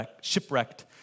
shipwrecked